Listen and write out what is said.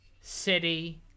City